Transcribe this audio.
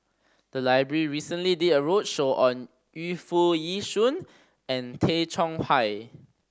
the library recently did a roadshow on Yu Foo Yee Shoon and Tay Chong Hai